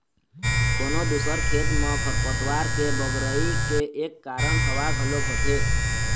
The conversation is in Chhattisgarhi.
कोनो दूसर खेत म खरपतवार के बगरई के एक कारन हवा घलोक होथे